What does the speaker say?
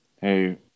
hey